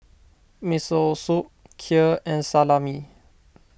Miso Soup Kheer and Salami